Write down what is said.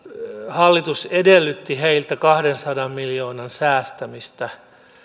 hallitus edellytti heiltä kahdensadan miljoonan säästämistä